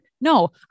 No